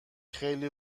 خیلی